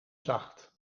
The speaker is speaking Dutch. zacht